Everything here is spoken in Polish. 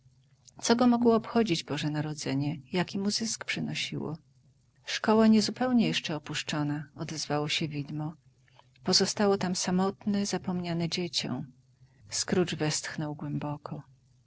co go mogło obchodzić boże narodzenie jaki mu zysk przyniosło szkoła niezupełnie jeszcze opuszczona odezwało się widmo pozostało tam samotne zapomniane dziecię scrooge westchnął głęboko